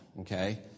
Okay